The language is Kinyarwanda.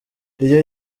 iyo